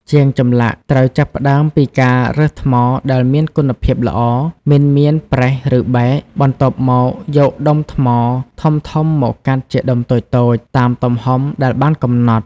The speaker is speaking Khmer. ជាងចម្លាក់ត្រូវចាប់ផ្ដើមពីការរើសថ្មដែលមានគុណភាពល្អ មិនមានប្រេះ ឬបែក បន្ទាប់មកយកដុំថ្មធំៗមកកាត់ជាដុំតូចៗ តាមទំហំដែលបានកំណត់។